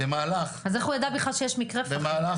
אז איך הוא ידע שיש מקרה פחימה?